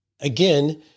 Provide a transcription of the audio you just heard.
Again